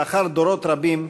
לאחר דורות רבים,